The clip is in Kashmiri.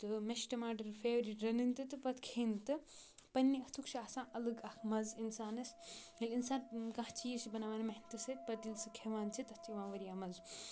تہٕ مےٚ چھِ ٹَماٹَر فیٚورِٹ رَنٕنۍ تہٕ پَتہٕ کھیٚنۍ تہٕ پَنٛنہِ اَتھُک چھُ آسان الگ اَکھ مَزٕ اِنسانَس ییٚلہِ اِنسان کانٛہہ چیٖز چھِ بَناوان محنتہٕ سۭتۍ پَتہٕ ییٚلہِ سُہ کھیٚوان چھِ تَتھ چھِ یِوان وارِیاہ مَزٕ